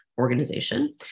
organization